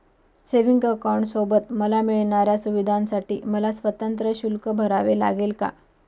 Savings अकाउंटसोबत मला मिळणाऱ्या सुविधांसाठी मला स्वतंत्र शुल्क भरावे लागेल का?